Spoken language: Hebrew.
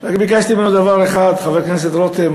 ביקשתי ממנו דבר אחד: חבר הכנסת רותם,